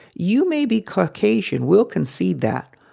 you may be caucasian, we'll concede that.